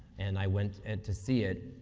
and i went and to see it,